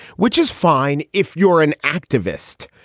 which is fine if you're an activist.